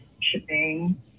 shipping